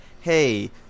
hey